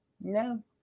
No